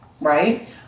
right